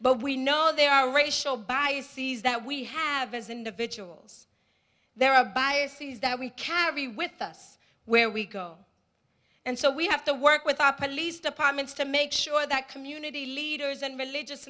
but we know there are racial bias sees that we have as individuals there are biases that we carry with us where we go and so we have to work with our police departments to make sure that community leaders and religious